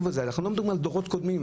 אני לא מדבר אתך על הדורות הקודמים,